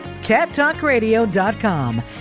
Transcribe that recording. cattalkradio.com